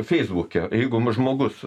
feisbuke jeigu žmogus